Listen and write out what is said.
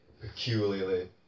peculiarly